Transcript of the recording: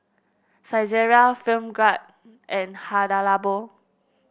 Saizeriya Film Grade and Hada Labo